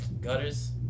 gutters